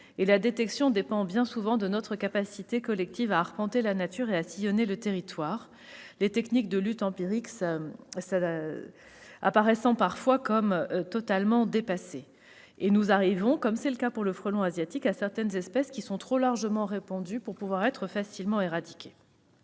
et la détection dépend bien souvent de notre capacité collective à arpenter la nature et à sillonner le territoire, les techniques de lutte empiriques apparaissant parfois comme totalement dépassées. Certaines espèces- c'est le cas du frelon asiatique -sont trop largement répandues pour pouvoir être facilement éradiquées.